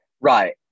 Right